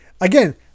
again